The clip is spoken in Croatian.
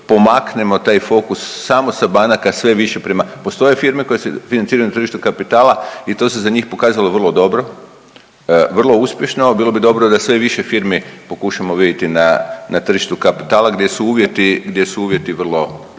taj fokus samo sa banaka sve više prema, postoje firme koje se financiraju na tržištu kapitala i to se za njih pokazalo vrlo dobro, vrlo uspješno i bilo bi dobro da sve više firmi pokušamo vidjeti na, na tržištu kapitala gdje su uvjeti,